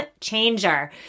changer